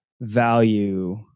value